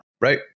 right